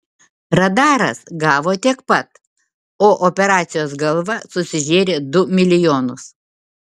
radaras gavo tiek pat o operacijos galva susižėrė du milijonus